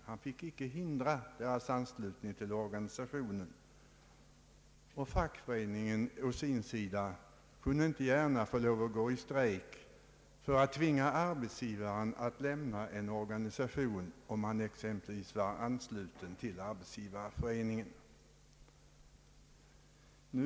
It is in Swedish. Han fick icke hindra anslutning till organisationen, och fackföreningen å sin sida fick inte lov att gå i strejk för att tvinga arbetsgivaren att lämna en organisation, exempelvis Arbetsgivareföreningen.